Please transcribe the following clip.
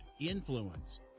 influence